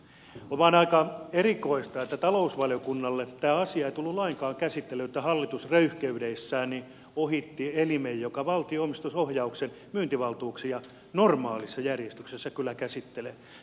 on vain aika erikoista että talousvaliokunnalle tämä asia ei tullut lainkaan käsittelyyn että hallitus röyhkeydessään ohitti elimen joka valtio omistusohjauksen myyntivaltuuksia normaalissa järjestyksessä kyllä käsittelee